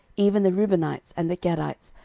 even the reubenites, and the gadites,